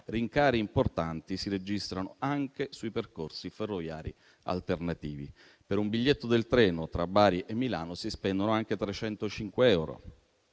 rincari importanti si registrano anche sui percorsi ferroviari alternativi. Per un biglietto del treno tra Bari e Milano si spendono anche 305 euro.